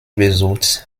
besucht